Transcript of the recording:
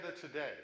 today